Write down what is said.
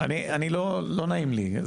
לא נעים לי,